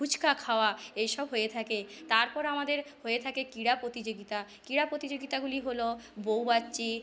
ফুচকা খাওয়া এইসব হয়ে থাকে তারপর আমাদের হয়ে থাকে ক্রীড়া প্রতিযোগিতা ক্রীড়া প্রতিযোগিতাগুলি হল বউবাচ্চি